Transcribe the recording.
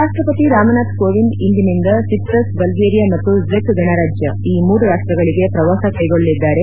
head ರಾಷ್ಪಪತಿ ರಾಮನಾಥ ಕೋವಿಂದ ಇಂದಿನಿಂದ Cyprus Bulgaria ಮತ್ತು ಜೆಕ್ ಗಣರಾಜ್ಯ ಈ ಮೂರು ರಾಷ್ಷಗಳಿಗೆ ಪ್ರವಾಸ ಕ್ಷೆಗೊಳ್ಳಲಿದ್ದಾರೆ